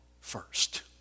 first